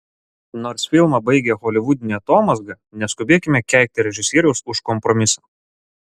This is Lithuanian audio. nors filmą baigia holivudinė atomazga neskubėkime keikti režisieriaus už kompromisą